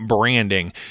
Branding